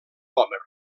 vòmer